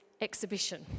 exhibition